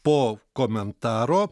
po komentaro